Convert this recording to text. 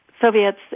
Soviets